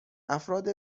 افراد